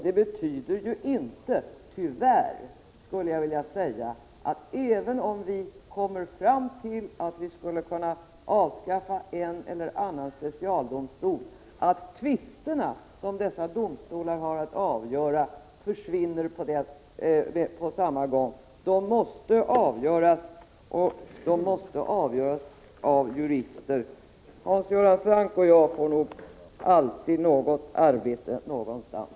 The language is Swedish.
Det betyder ju tyvärr, att även om vi skulle komma fram till att vi kan avskaffa en eller annan specialdomstol, kommer inte tvisterna som dessa domstolar har att avgöra att försvinna på samma gång. Tvisterna måste avgöras, och de måste avgöras av jurister. Hans Göran Franck och jag får nog alltid något arbete någonstans.